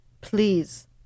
please